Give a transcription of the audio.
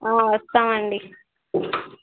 వస్తామండి